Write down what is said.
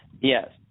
yes